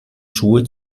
schuhe